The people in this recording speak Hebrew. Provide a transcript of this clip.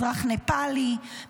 אזרח נפאלי,